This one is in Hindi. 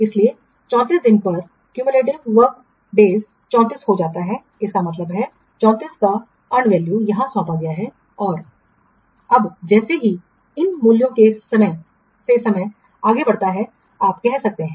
इसलिए 34 दिन पर संचयी कार्य दिवस 34 हो जाता है इसका मतलब है कि 34 का earned value यहां सौंपा गया है और अब जैसे ही इन मूल्यों से समय आगे बढ़ता है आप कर सकते हैं